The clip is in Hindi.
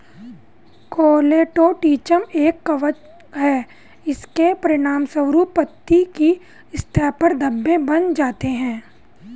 कोलेटोट्रिचम एक कवक है, इसके परिणामस्वरूप पत्ती की सतह पर धब्बे बन जाते हैं